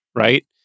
right